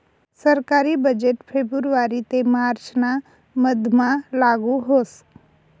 सरकारी बजेट फेब्रुवारी ते मार्च ना मधमा लागू व्हस